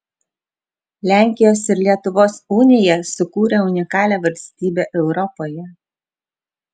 lenkijos ir lietuvos unija sukūrė unikalią valstybę europoje